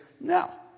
no